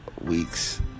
weeks